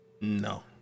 no